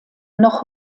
noch